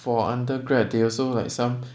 for undergrad they also like some